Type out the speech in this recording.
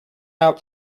out